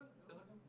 בסדר גמור.